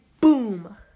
boom